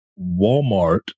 walmart